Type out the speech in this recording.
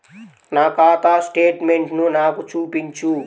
నా ఖాతా స్టేట్మెంట్ను నాకు చూపించు